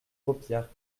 paupières